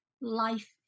life